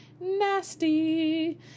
nasty